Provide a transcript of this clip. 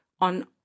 on